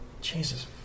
Jesus